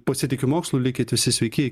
pasitikiu mokslu likit visi sveiki